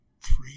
three